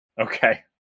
okay